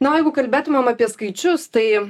na jeigu kalbėtumėm apie skaičius tai